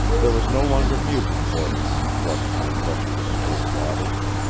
there was no longer music for him in the flood-time rushing of spring waters.